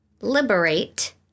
liberate